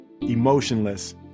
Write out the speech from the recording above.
emotionless